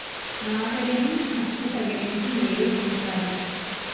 నాగలికి నక్కు తగిలించి యేరు పూశారు